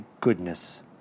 goodness